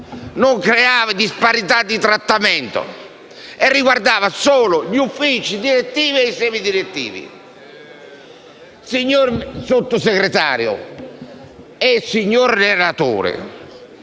non creava disparità di trattamento e riguardava solo gli uffici direttivi e i semi direttivi. Signori Sottosegretario e relatore,